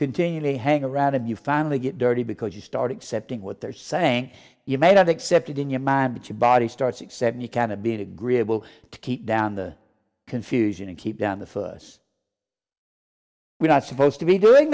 continually hang around and you finally get dirty because you start accepting what they're saying you may not accept it in your mind but your body starts at seven you kind of being agreeable to keep down the confusion and keep down the first we're not supposed to be doing